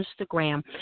Instagram